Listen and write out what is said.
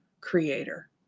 creator